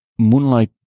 Moonlight